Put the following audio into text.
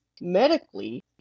medically